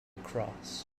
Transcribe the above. cross